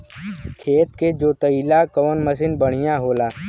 खेत के जोतईला कवन मसीन बढ़ियां होला?